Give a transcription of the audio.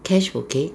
cash bouquet